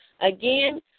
Again